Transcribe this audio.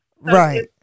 Right